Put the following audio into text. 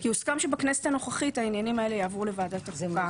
כי הוסכם שבכנסת הנוכחית העניינים האלה יעברו לוועדת החוקה.